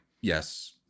Yes